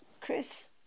Chris